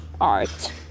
art